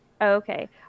Okay